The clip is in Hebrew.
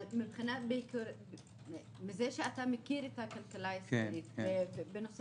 אבל בזה שאתה מכיר את הכלכלה הישראלית בנושא